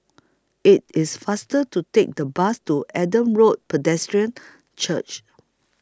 IT IS faster to Take The Bus to Adam Road Pedestrian Church